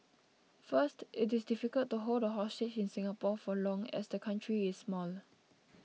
first it is difficult to hold a hostage in Singapore for long as the country is small